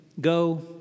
go